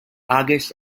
august